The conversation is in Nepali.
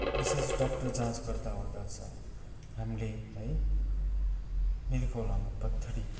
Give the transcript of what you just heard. विशेष डक्टर जाँच गर्दा ओर्दा छ हामीले है मिर्गौलामा चाहिँ पत्थरी